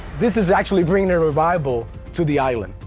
this is actually bringing a revival to the island.